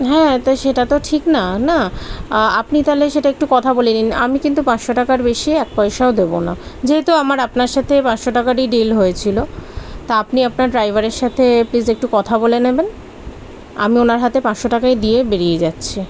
হ্যাঁ তো সেটা তো ঠিক না না আপনি তাহলে সেটা একটু কথা বলে নিন আমি কিন্তু পাঁচশো টাকার বেশি এক পয়সাও দেব না যেহেতু আমার আপনার সাথে পাঁচশো টাকারই ডিল হয়েছিল তা আপনি আপনার ড্রাইভারের সাথে প্লিজ একটু কথা বলে নেবেন আমি ওনার হাতে পাঁচশো টাকাই দিয়ে বেরিয়ে যাচ্ছি